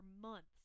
months